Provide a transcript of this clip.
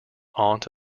aunt